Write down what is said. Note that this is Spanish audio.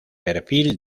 perfil